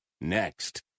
next